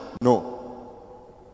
no